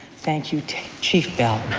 thank you chief bell.